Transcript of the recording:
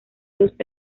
dos